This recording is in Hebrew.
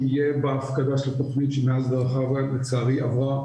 יהיה בהפקדה של התכנית שמאז לצערי עברה,